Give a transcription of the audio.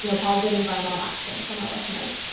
you know positive environmental action from our listeners.